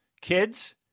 Kids